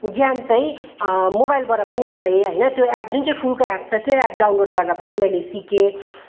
ज्ञान चाहिँ मोबाइलबाट पनि पाएँ होइन त्यो एप जुन चाहिँ फुलको एप छ त्यो एप डाउनलोड गरेर पनि मैले सिकेँ